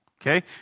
okay